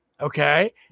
okay